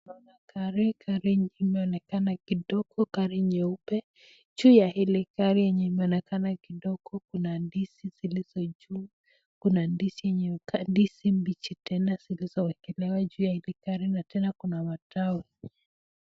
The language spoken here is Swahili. Tunaona gari, gari iliyonekana kidogo gari nyeupe. Juu ya hili gari enye imeonekana kidogo kuna ndizi zilizo juu, kuna ndizi mbichi tena zilizoekelewa juu la hili gari na tena kuna matawi.